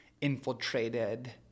infiltrated